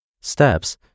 Steps